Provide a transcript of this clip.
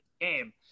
game